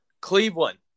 Cleveland